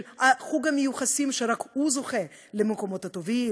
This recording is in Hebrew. של חוג המיוחסים שרק הוא זוכה למקומות הטובים,